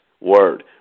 word